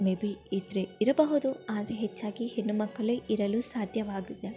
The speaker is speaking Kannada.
ಮೇ ಬಿ ಇದ್ದರೆ ಇರಬಹುದು ಆದರೆ ಹೆಚ್ಚಾಗಿ ಹೆಣ್ಣು ಮಕ್ಕಳೇ ಇರಲು ಸಾಧ್ಯವಾಗಿದೆ